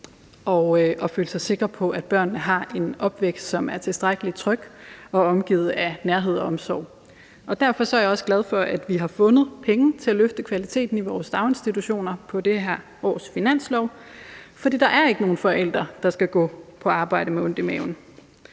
og føle sig sikker på, at børnene har en opvækst, som er tilstrækkelig tryg, og er omgivet af nærhed og omsorg. Derfor er jeg også glad for, at vi har fundet penge til at løfte kvaliteten i vores daginstitutioner på det her års finanslov, for der er ikke nogen forældre, der skal gå på arbejde med ondt i maven.